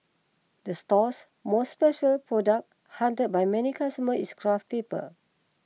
the store's most special product hunted by many customers is craft paper